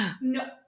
no